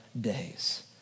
days